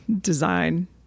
Design